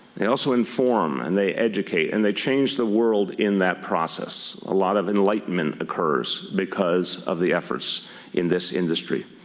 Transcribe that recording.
they also inform and they educate and they change the world in that process. a lot of enlightenment occurs because of the efforts in this industry.